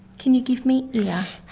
can you give me yeah